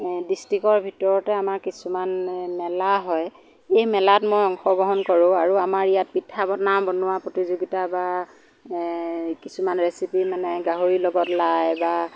এ ডিষ্টিকৰ ভিতৰতে আমাৰ কিছুমান মেলা হয় এই মেলাত মই অংশগ্ৰহণ কৰোঁ আৰু আমাৰ ইয়াত পিঠা বনাওঁ বনোৱা প্ৰতিযোগিতা বা এ কিছুমান ৰেচিপি মানে গাহৰিৰ লগত লাই বা